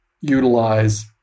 utilize